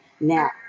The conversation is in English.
now